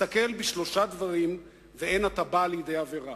הסתכל בשלושה דברים ואין אתה בא לידי עבירה.